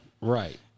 Right